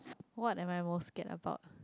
what am I most scared about